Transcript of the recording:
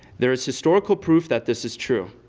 there is historical proof that this is true.